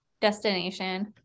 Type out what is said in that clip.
destination